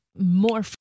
more